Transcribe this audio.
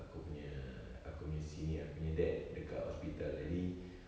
aku punya aku punya senior aku punya dad dekat hospital jadi